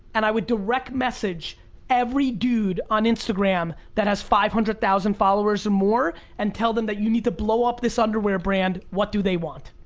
and i would direct message every dude on instagram that has five hundred thousand followers or more, and tell them that you need to blow up this underwear brand, what do they want?